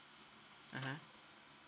mmhmm